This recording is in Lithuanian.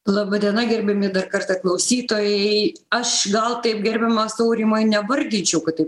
laba diena gerbiami dar kartą klausytojai aš gal taip gerbiamas aurimai nevardinčiau kad tai